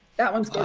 that one.